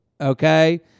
Okay